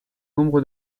nombre